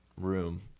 room